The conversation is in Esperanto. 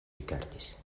rigardis